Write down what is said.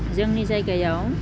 जोंनि जायगायाव